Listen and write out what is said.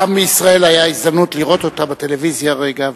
לעם ישראל היתה הזדמנות לראות אותה בטלוויזיה רגע,